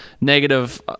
negative